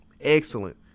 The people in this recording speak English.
Excellent